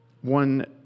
one